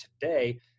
today